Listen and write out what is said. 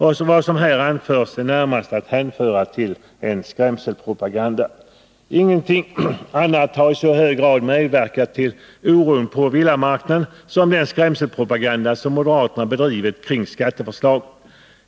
Också vad som här anförts är närmast att hänföra till skrämselpropaganda. Ingenting annat har i så hög grad medverkat till oron på villamarknaden som den skrämselpropaganda som moderaterna bedrivit kring skatteförslaget.